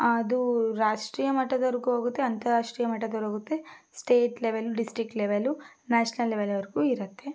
ಅದು ರಾಷ್ಟ್ರೀಯ ಮಟ್ಟದವರೆಗೂ ಹೋಗುತ್ತೆ ಅಂತಾರಾಷ್ಟ್ರೀಯ ಮಟ್ಟದ್ವರ್ಗುತ್ತೆ state level district level national ಲೆವೆಲ್ವರೆಗೂ ಇರುತ್ತೆ